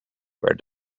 where